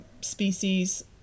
species